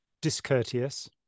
discourteous